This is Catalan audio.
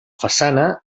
façana